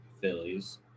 Phillies